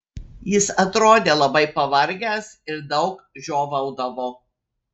jis atrodė labai pavargęs ir daug žiovaudavo